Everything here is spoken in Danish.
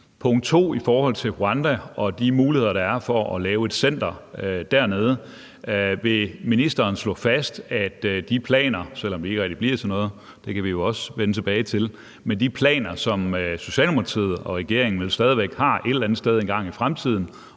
punkt 2: I forhold til Rwanda og de muligheder, der er for at lave et center dernede, vil ministeren slå fast, at de planer, selv om de ikke rigtig bliver til noget – det kan vi jo også vende tilbage til – som Socialdemokratiet og regeringen vel stadig væk har et eller andet sted engang i fremtiden